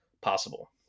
possible